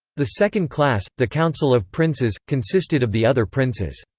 the second class, the council of princes, consisted of the other princes.